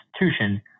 institution